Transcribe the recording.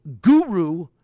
guru